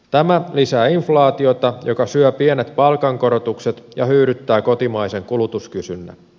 tämä lisää inflaatiota joka syö pienet palkankorotukset ja hyydyttää kotimaisen kulutuskysynnän